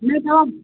न त